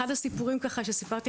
אחד הסיפורים ככה שסיפרתי,